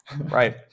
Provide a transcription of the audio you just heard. right